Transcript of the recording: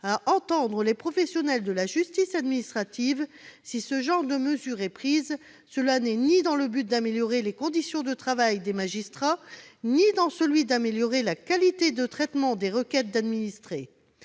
à entendre les professionnels de la justice administrative, si ce genre de mesure est prise, cela n'est ni dans le but d'améliorer les conditions de travail des magistrats ni dans celui d'améliorer la qualité de traitement des requêtes d'administrés,